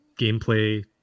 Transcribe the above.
gameplay